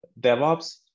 DevOps